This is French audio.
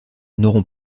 n’auront